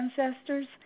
ancestors